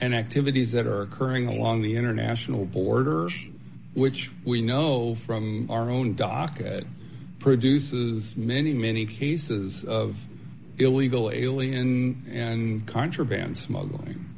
and activities that are occurring along the international border which we know from our own docket produces many many cases of illegal alien and contraband smuggling